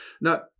Now